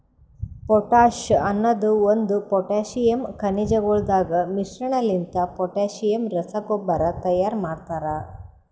potash ಅನದ್ ಒಂದು potassium ಖನಿಜಗೊಳದಾಗ್ ಮಿಶ್ರಣಲಿಂತ ಪೊಟ್ಯಾಸಿಯಮ್ ರಸಗೊಬ್ಬರ ತೈಯಾರ್ ಮಾಡ್ತರ